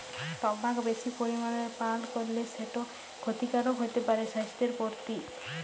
টবাক বেশি পরিমালে পাল করলে সেট খ্যতিকারক হ্যতে পারে স্বাইসথের পরতি